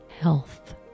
health